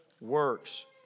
works